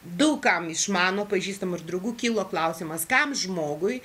daug kam iš mano pažįstamų ir draugų kilo klausimas kam žmogui